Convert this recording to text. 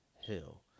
Hill